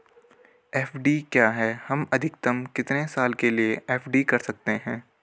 FD क्या है हम अधिकतम कितने साल के लिए एफ.डी कर सकते हैं?